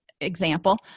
example